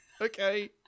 Okay